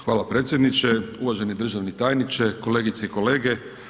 Hvala predsjedniče, uvaženi državni tajniče, kolegice i kolege.